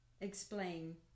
explain